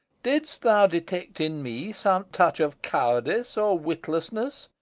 didst thou detect in me some touch of cowardice or witlessness,